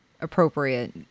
appropriate